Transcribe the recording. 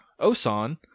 Osan